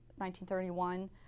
1931